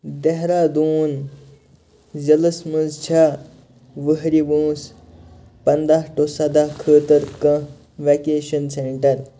دہرادوٗن ضِلعس منٛز چھےٚ وٕہرِ وٲنٛس پنٛداہ ٹُہ سَداہ خٲطٕر کانٛہہ وٮ۪کیشَن سٮ۪نٛٹَر